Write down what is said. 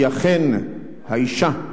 כי אכן האשה,